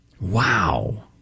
wow